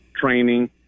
training